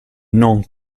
non